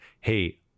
hey